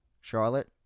Charlotte